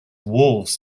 wolves